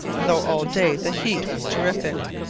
though all day the heat was terrific.